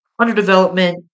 Underdevelopment